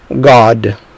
God